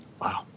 Wow